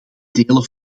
delen